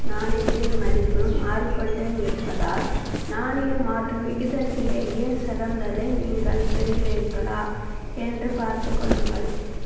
நாணயத்தின் மதிப்பு மாறிக்கொண்டே இருப்பதால் நாணய மாற்று விகிதத்திலேயே சிறந்ததை நீங்கள் பெறுகிறீர்களா என்று பார்த்துக் கொள்ளுங்கள்